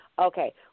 Okay